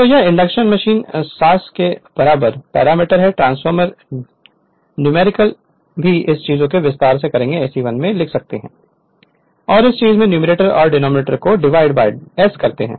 तो यह induction machine सास के बराबर पैरामीटर है ट्रांसफार्मर न्यूमेरिकल भी हम इस चीज का विस्तार करेंगे जिसे SE1 लिख सकते हैं और इस चीज के न्यूमैरेटर और डिनॉमिनेटर को डिवाइड बाय s करते हैं